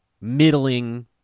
middling